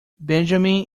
benjamin